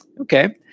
okay